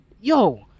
Yo